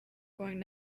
going